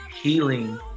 healing